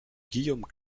guillaume